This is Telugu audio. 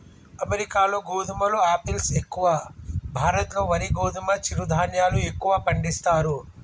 అమెరికాలో గోధుమలు ఆపిల్స్ ఎక్కువ, భారత్ లో వరి గోధుమ చిరు ధాన్యాలు ఎక్కువ పండిస్తారు